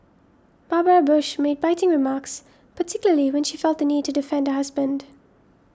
Barbara Bush made biting remarks particularly when she felt the need to defend her husband